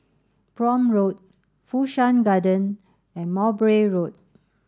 Prome Road Fu Shan Garden and Mowbray Road